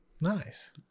Nice